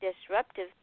disruptive